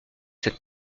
cette